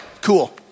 Cool